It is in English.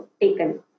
taken